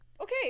okay